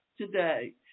today